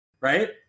Right